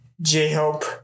J-Hope